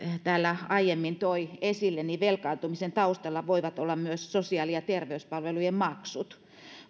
täällä aiemmin toi esille velkaantumisen taustalla voivat olla myös sosiaali ja terveyspalvelujen maksut